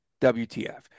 WTF